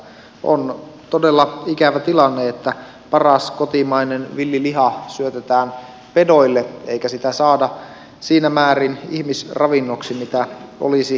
on todella ikävä tilanne että paras kotimainen villiliha syötetään pedoille eikä sitä saada siinä määrin ihmisravinnoksi kuin mikä olisi tarkoituksenmukaista